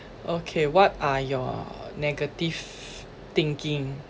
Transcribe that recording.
okay what are your negative thinking